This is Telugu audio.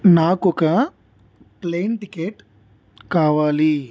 నాకొక ప్లేన్ టికెట్ కావాలి